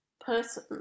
person